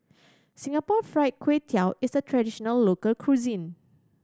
Singapore Fried Kway Tiao is a traditional local cuisine